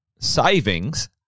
savings